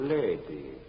lady